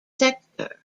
sector